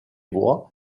voix